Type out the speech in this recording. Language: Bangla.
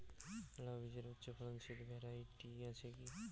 লাউ বীজের উচ্চ ফলনশীল ভ্যারাইটি আছে কী?